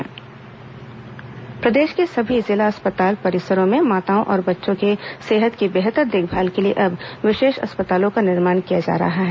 विशेष अस्पताल सुविधा प्रदेश के सभी जिला अस्पताल परिसरों में माताओं और बच्चों की सेहत की बेहतर देखभाल के लिए अब विशेष अस्पतालों का निर्माण किया जा रहा है